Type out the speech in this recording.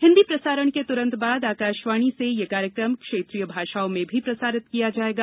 हिन्दी प्रसारण के तुरंत बाद आकाशवाणी से यह कार्यक्रम क्षेत्रीय भाषाओं में भी प्रसारित किया जाएगा